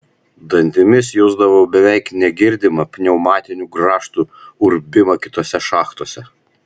dantimis jusdavai beveik negirdimą pneumatinių grąžtų urbimą kitose šachtose